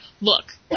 look